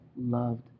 loved